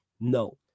No